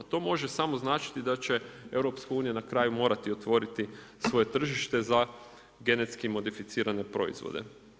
To može samo značiti da će EU na kraju morati otvoriti svoje tržište za genetski modificirane proizvode.